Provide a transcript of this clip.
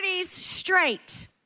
straight